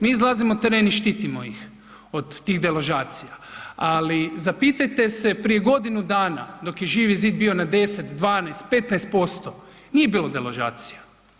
Mi izlazimo na teren i štitimo ih od tih deložacija, ali zapitajte se prije godinu dana dok je Živi zid bio na 10, 12, 15% nije bilo deložacija.